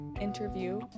interview